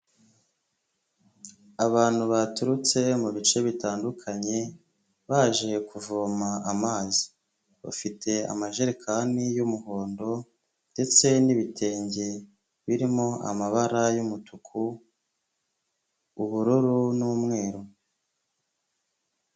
Abantu baturutse mu bice bitandukanye baje kuvoma amazi, bafite amajerekani y'umuhondo ndetse n'ibitenge birimo amabara y'umutuku, ubururu n'umweru.